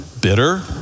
bitter